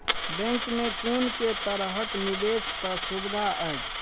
Bank मे कुन केँ तरहक निवेश कऽ सुविधा अछि?